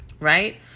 Right